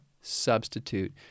substitute